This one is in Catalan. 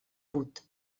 put